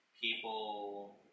people